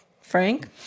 Frank